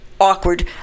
awkward